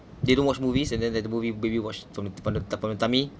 they don't watch movies and then like the movie baby watched from the from the from the tummy